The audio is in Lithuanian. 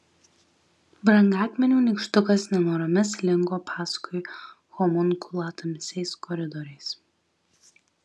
brangakmenių nykštukas nenoromis slinko paskui homunkulą tamsiais koridoriais